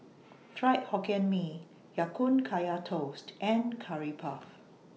Fried Hokkien Mee Ya Kun Kaya Toast and Curry Puff